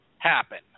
happen